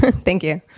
thank you.